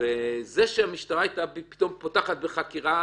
זה שהמשטרה פתאום פותחת בחקירה,